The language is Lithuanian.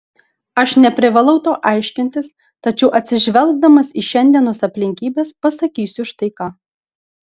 aš neprivalau tau aiškintis tačiau atsižvelgdamas į šiandienos aplinkybes pasakysiu štai ką